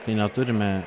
kai neturime